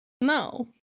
No